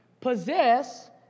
possess